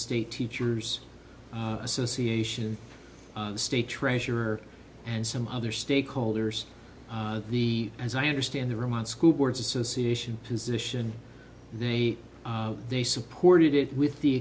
state teachers association the state treasurer and some other stakeholders the as i understand the room on school boards association position they they supported it with the